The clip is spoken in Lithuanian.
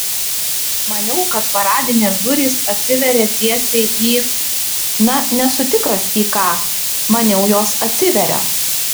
maniau kad paradinės durys atsiveria teisiai į na nesu tikras į ką maniau jos atsiveria